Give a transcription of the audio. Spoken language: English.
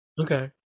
Okay